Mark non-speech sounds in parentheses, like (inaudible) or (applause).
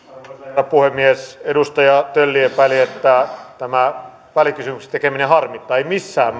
herra puhemies edustaja tölli epäili että tämän välikysymyksen tekeminen harmittaa ei missään (unintelligible)